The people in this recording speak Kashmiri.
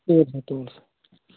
تُل سا تُل سا